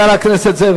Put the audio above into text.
חבר הכנסת זאב,